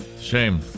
Shame